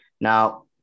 Now